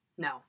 No